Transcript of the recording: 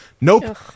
nope